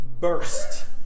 burst